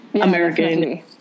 American